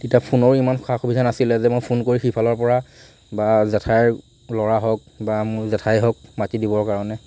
তেতিয়া ফোনৰো ইমান সা সুবিধা নাছিলে যে মই ফোন কৰি সিফালৰ পৰা বা জেঠাইৰ ল'ৰা হওক বা মোৰ জেঠাই হওক মাতি দিবৰ কাৰণে